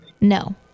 No